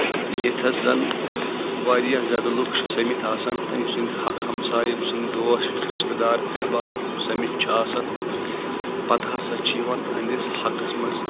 یتھس زن واریاہ زیادٕ لُکھ چھِ سٔمِتھ آسان أمۍ سٕنٛدِ حق ہمساے أمۍ سٕنٛدِ دوس یُس رِشتہٕ دار احباب سٔمِتھ چھِ آسان پتہٕ ہسا چھِ یِوان أنٛدِس حقس منٛز